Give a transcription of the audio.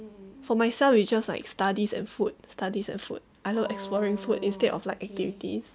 for myself it's just like studies and food studies and food I love exploring food instead of like activities